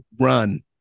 run